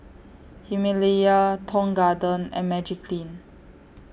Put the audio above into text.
Himalaya Tong Garden and Magiclean